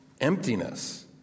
emptiness